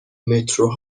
مترو